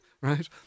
right